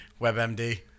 WebMD